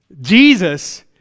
Jesus